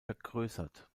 vergrößert